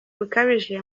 bukabije